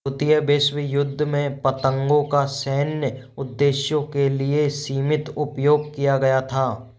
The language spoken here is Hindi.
द्वितीय विश्व युद्ध में पतंगों का सैन्य उद्देश्यों के लिए सीमित उपयोग किया गया था